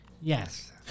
Yes